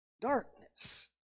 darkness